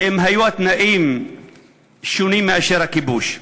אם היו התנאים שונים מאשר הכיבוש.